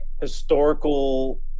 historical